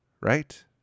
right